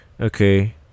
Okay